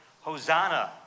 Hosanna